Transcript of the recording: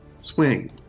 swing